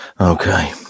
Okay